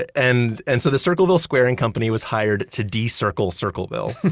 ah and and so, the circleville squaring company was hired to de-circle circleville.